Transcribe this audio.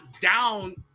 down